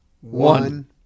one